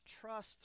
trust